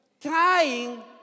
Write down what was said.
trying